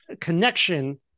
connection